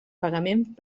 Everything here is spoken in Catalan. pagament